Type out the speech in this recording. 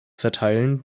verteilen